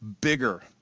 bigger